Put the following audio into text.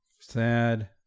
Sad